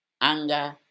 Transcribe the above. Anger